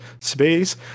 space